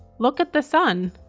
look at the sun,